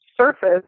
surface